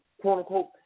quote-unquote